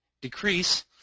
decrease